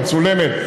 המצולמת,